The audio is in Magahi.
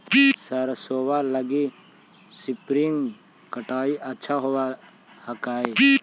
सरसोबा लगी स्प्रिंगर पटाय अच्छा होबै हकैय?